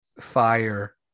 fire